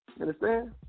understand